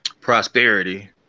prosperity